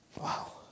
Wow